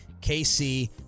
KC